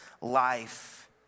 life